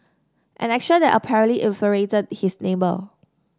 an action that apparently infuriated his neighbour